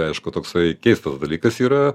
aišku toksai keistas dalykas yra